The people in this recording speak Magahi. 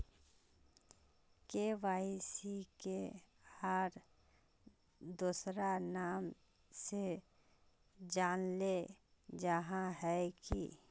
के.वाई.सी के आर दोसरा नाम से जानले जाहा है की?